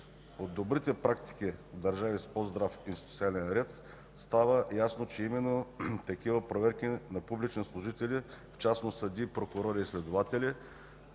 От добрите практики в държави с по-здрав институционален ред става ясно, че именно такива проверки на публичните служители, в частност съдии, прокурори и следователи,